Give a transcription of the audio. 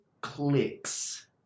clicks